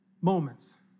moments